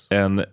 en